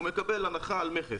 הוא מקבל הנחה על מכס,